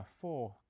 four